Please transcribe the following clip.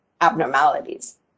abnormalities